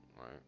right